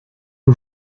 que